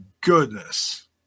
goodness